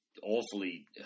awfully